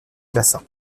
bassin